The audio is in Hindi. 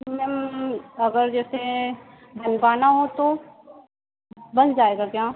मैम अगर जैसे बनवाना हो तो बन जाएगा क्या